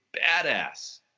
badass